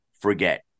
forget